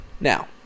Now